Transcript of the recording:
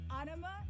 Anima